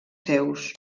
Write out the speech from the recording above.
seus